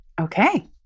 Okay